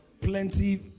plenty